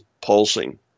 pulsing